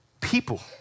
people